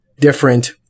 different